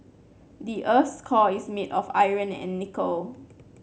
the earth's core is made of iron and nickel